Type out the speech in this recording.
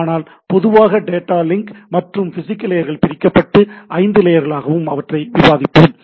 ஆனால் பொதுவாக data link மற்றும் பிசிகல் லேயர்கள் பிரிக்கப்பட்டு 5 லேயர்களாகவும் அவற்றை விவாதிப்போம்